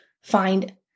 find